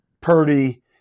Purdy